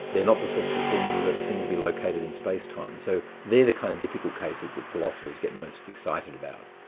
they're not the sorts of things that seem to be located in space-time. so they're the kind of difficult cases that philosophers get most excited about.